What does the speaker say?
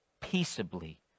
peaceably